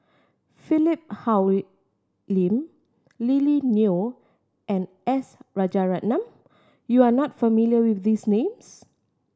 Philip Hoalim Lily Neo and S Rajaratnam you are not familiar with these names